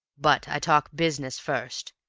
but i talk business first.